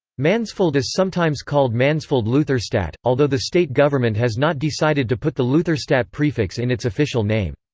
mansfeld is sometimes called mansfeld-lutherstadt, although the state government has not decided to put the lutherstadt-prefix in its official name.